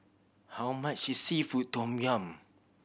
how much is seafood tom yum